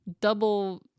double